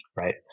right